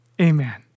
Amen